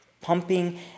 pumping